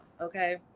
okay